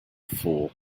fool